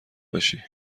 باشی